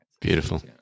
Beautiful